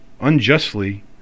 unjustly